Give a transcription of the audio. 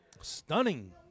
Stunning